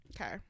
Okay